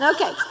Okay